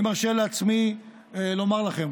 אני מרשה לעצמי לומר לכם,